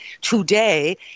today